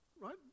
right